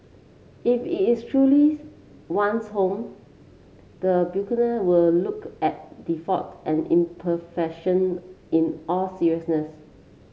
if it is one's home the were look at defaults and imperfection in all seriousness